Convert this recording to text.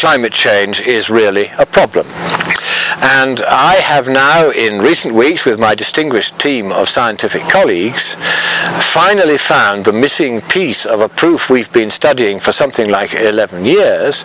climate change is really a problem and i have now in recent weeks with my distinguished team of scientific colleagues finally found the missing piece of a proof we've been studying for something like eleven ye